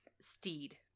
Steed